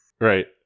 Right